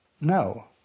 No